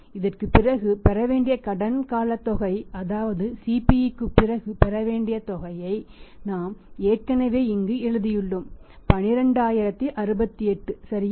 இதற்குப் பிறகு பெற வேண்டிய கடன் கால தொகை அதாவது CPக்கு பிறகு பெறவேண்டிய தொகையை நாம் ஏற்கனவே இங்கு எழுதியுள்ளோம் 12068 சரியா